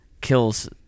kills